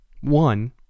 One